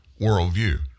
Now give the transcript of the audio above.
worldview